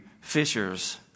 fishers